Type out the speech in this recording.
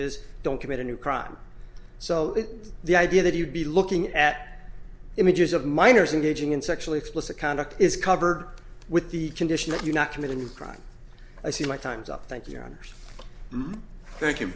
is don't commit a new crime so the idea that you'd be looking at images of minors and gaging in sexually explicit conduct is covered with the condition that you're not committing a crime i see my time's up thank you honors thank you